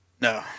no